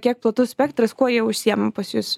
kiek platus spektras kuo jie užsiema pas jus